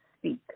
speak